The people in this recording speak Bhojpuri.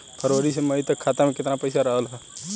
फरवरी से मई तक खाता में केतना पईसा रहल ह?